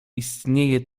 istnieje